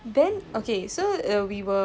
then in the car park he will speed